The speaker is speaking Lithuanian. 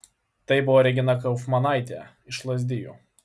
tai buvo regina kaufmanaitė iš lazdijų